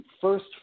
first